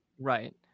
right